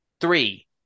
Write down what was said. three